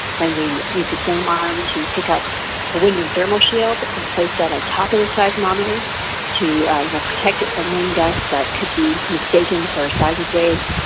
then we use the same arm to pick up a wind and thermal shield to place that on top of the seismometer to ah you know protect it from wind gusts that could be mistaken for seismic waves,